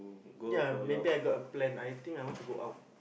ya maybe I got a plan I think I want to go out